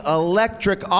electric